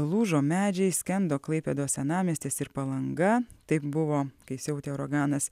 lūžo medžiai skendo klaipėdos senamiestis ir palanga taip buvo kai siautė uraganas